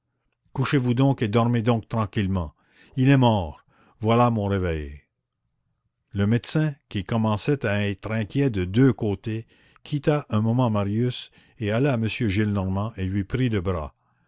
couchez-vous donc et dormez donc tranquillement il est mort voilà mon réveil le médecin qui commençait à être inquiet de deux côtés quitta un moment marius et alla à m gillenormand et lui prit le bras